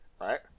right